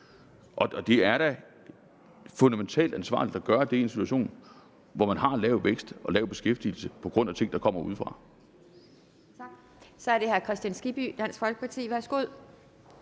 Det er da fundamentalt ansvarligt at gøre det i en situation, hvor man har en lav vækst og en lav beskæftigelse på grund af ting, der kommer udefra.